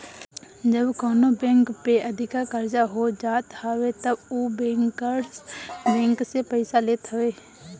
जब कवनो बैंक पे अधिका कर्जा हो जात हवे तब उ बैंकर्स बैंक से पईसा लेत हवे